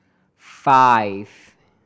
five